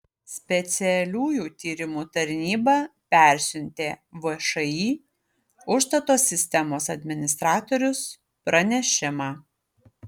specialiųjų tyrimų tarnyba persiuntė všį užstato sistemos administratorius pranešimą